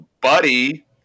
buddy